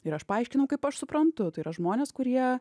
ir aš paaiškinau kaip aš suprantu tai yra žmonės kurie